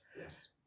yes